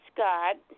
Scott